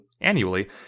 annually